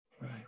right